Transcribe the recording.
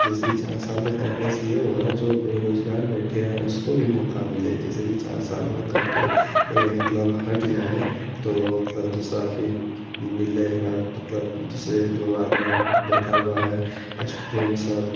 जैसे ही चार साल का करने से यह हुआ जो बेरोजगार बैठे हैं उसको भी मौका मिले जैसे कि चार साल में होता है कि यह मतलब हट जाए तो मतलब दूसरा फिर मिलेगा मतलब जैसे जो आदमी बैठा हुआ है स्टूडेन्ट सब